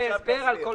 בארנונה.